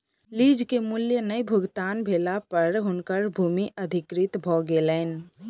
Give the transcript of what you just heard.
lease के मूल्य नै भुगतान भेला पर हुनकर भूमि अधिकृत भ गेलैन